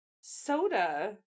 Soda